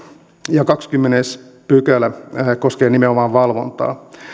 ja kahdeskymmenes pykälä koskee nimenomaan valvontaa